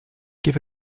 give